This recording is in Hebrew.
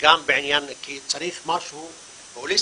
כי צריך פה משהו הוליסטי,